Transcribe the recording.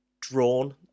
drawn